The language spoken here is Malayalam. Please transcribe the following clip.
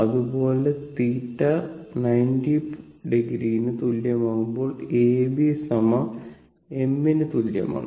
അതുപോലെ θ 90 o ന് തുല്യമാകുമ്പോൾ A B m ന് തുല്യമാണ്